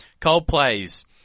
Coldplay's